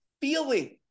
feeling